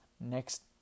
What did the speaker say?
next